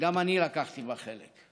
שגם אני לקחתי בה חלק.